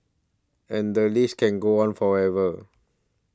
and the list can go on forever